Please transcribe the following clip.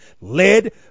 led